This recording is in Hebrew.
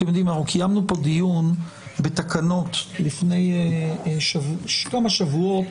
קיימנו פה דיון בתקנות לפני כמה שבועות,